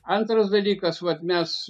antras dalykas vat mes